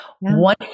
one